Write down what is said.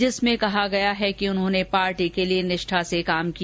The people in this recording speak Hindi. जिसमे कहा गया कि उन्होंने पार्टी के लिए निष्ठा से काम किया